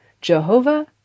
Jehovah